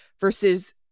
versus